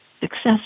success